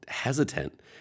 hesitant